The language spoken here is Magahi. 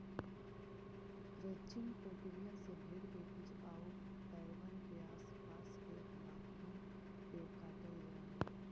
क्रचिंग प्रक्रिया से भेंड़ के पूछ आउ पैरबन के आस पास के बाकबन के काटल जा हई